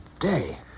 day